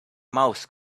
mouse